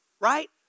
right